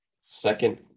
second